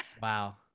Wow